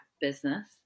business